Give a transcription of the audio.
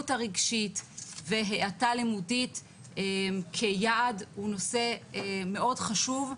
הרגשית והאטה לימודית כיעד הוא נושא מאוד חשוב.